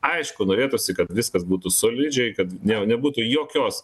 aišku norėtųsi kad viskas būtų solidžiai kad ne nebūtų jokios